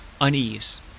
unease